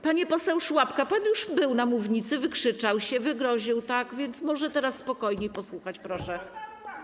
Panie pośle Szłapka, pan już był na mównicy, wykrzyczał się, wygroził, więc może teraz spokojniej posłuchać proszę.